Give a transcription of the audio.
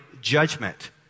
judgment